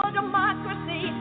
democracy